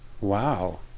Wow